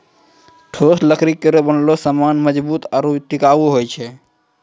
ठोस लकड़ी केरो बनलो सामान मजबूत आरु टिकाऊ होय छै